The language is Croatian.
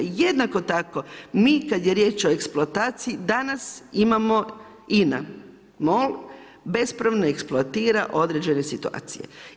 Jednako tako, mi kad je riječ o eksploataciji danas imamo INA MOL, bespravno eksploatira određene situacije.